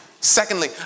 Secondly